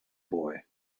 boy